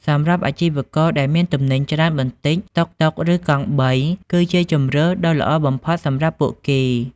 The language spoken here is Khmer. សម្រាប់អាជីវករដែលមានទំនិញច្រើនបន្តិច តុកតុក ឬកង់បីគឺជាជម្រើសដ៏ល្អបំផុតសម្រាប់ពួកគេ។